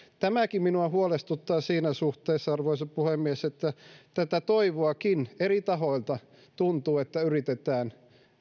tämäkin minua huolestuttaa siinä suhteessa arvoisa puhemies että tuntuu että tätä toivoakin eri tahoilta yritetään